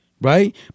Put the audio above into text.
right